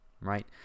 right